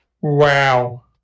Wow